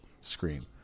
screen